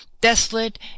Desolate